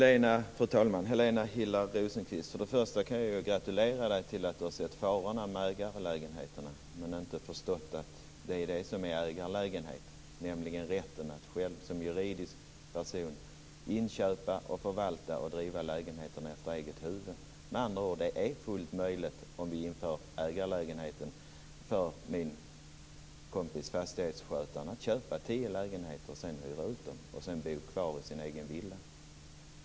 Fru talman! Till att börja med kan jag gratulera Helena Hillar Rosenqvist till att hon har insett farorna med ägarlägenheter. Men hon har inte förstått att det är det som kännetecknar en ägarlägenhet, nämligen rätten att själv som juridisk person inköpa och förvalta lägenheten efter eget huvud. Med andra ord: Det blir då fullt möjligt för min kompis fastighetsskötaren att köpa tio lägenheter, hyra ut dem och sedan bo kvar i sin egen villa.